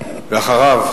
ואחריו,